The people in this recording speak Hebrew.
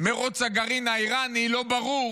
מרוץ הגרעין האיראני, לא ברור